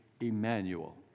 Emmanuel